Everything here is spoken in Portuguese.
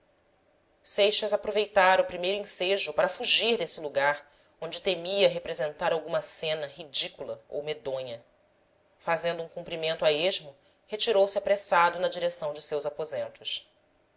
seixas aproveitara o primeiro ensejo para fugir desse lugar onde temia representar alguma cena ridícula ou medonha fazendo um cumprimento a esmo retirou-se apressado na direção de seus aposentos